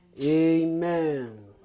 Amen